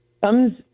Thumbs